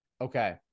okay